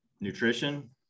nutrition